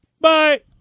Bye